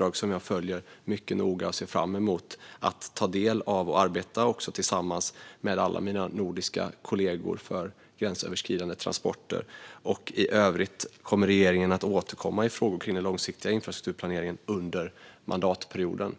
och som jag följer mycket noga, ser fram emot att ta del av och också att arbeta med tillsammans med alla mina nordiska kollegor för gränsöverskridande transporter. I övrigt kommer regeringen att återkomma i frågor kring den långsiktiga infrastrukturplaneringen under mandatperioden.